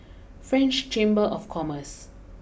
French Chamber of Commerce